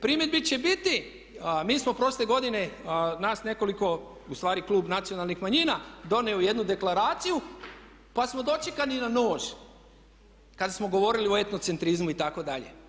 Primjedbi će biti, a mi smo prošle godine nas nekoliko, ustvari klub Nacionalnih manjina donio jednu deklaraciju pa smo dočekani na nož kada smo govorili o etnocentrizmu itd.